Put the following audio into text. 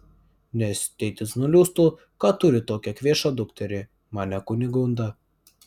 nes tėtis nuliūstų kad turi tokią kvėšą dukterį manė kunigunda